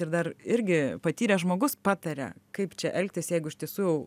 ir dar irgi patyręs žmogus pataria kaip čia elgtis jeigu iš tiesų